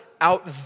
out